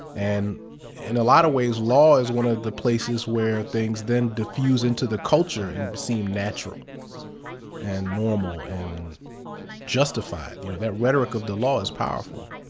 and in a lot of ways law is one of the places where things then diffuse into the culture and seem natural and normal and justified. you know, that rhetoric of the law is powerful.